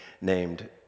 named